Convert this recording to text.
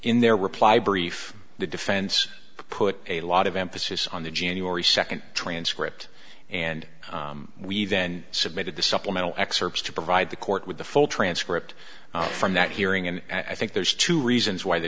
in their reply brief the defense put a lot of emphasis on the january second transcript and we then submitted the supplemental excerpts to provide the court with the full transcript from that hearing and i think there's two reasons why the